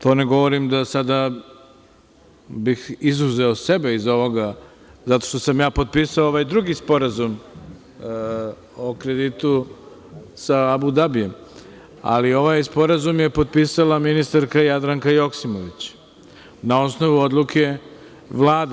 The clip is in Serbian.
To ne govorim da sada bih izuzeo sebe iz ovoga zato što sam ja potpisao ovaj drugi sporazum o kreditu sa Abu Dabijem, ali ovaj sporazum je potpisala ministarka Jadranka Joksimović na osnovu odluke Vlade.